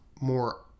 more